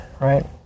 right